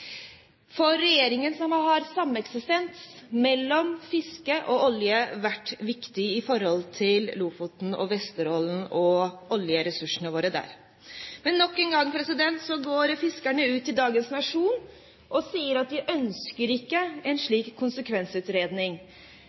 For regjeringen har sameksistens mellom fisk og olje vært viktig når det gjelder Lofoten og Vesterålen og oljeressursene våre der. Men nok en gang går fiskerne ut – i dagens Nationen – og sier at de ikke ønsker en slik konsekvensutredning.